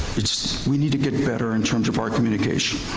is we need to get better in terms of our communication.